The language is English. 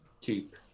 Keep